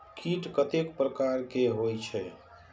कीट कतेक प्रकार के होई छै?